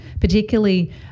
particularly